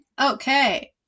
okay